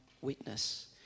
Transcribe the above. witness